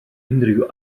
unrhyw